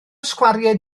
sgwariau